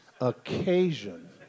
occasion